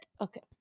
Okay